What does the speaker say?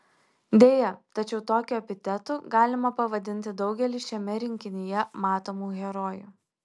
deja tačiau tokiu epitetu galima pavadinti daugelį šiame rinkinyje matomų herojų